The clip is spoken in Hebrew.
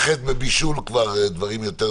ביטול יכול להיות בכל רגע, אז